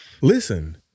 listen